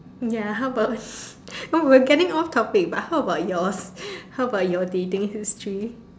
ya how about !wow! we are getting off topic but how about yours how about your dating history